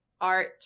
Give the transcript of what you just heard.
art